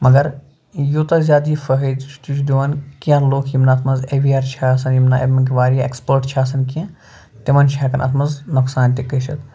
مگر یوٗتاہ زیادٕ یہِ فٲہدٕ تہِ چھُ دِوان کیٚنٛہہ لُکھ یِم نہٕ اَتھ منٛز اٮ۪ویَر چھِ آسان یِم نہٕ اَمِکۍ واریاہ اٮ۪کٕسپٲٹ چھِ آسان کیٚنٛہہ تِمَن چھِ ہٮ۪کان اَتھ منٛز نۄقصان تہِ گٔژھِتھ